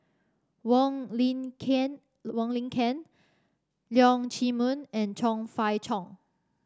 Wong Lin Ken Wong Lin Ken Leong Chee Mun and Chong Fah Cheong